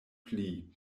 pli